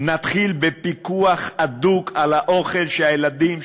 נתחיל בפיקוח הדוק על האוכל שהילדים,